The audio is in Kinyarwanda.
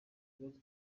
ikibazo